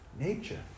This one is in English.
nature